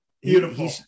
Beautiful